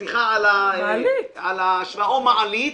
סליחה על ההשוואה --- מעלית.